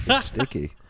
Sticky